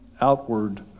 outward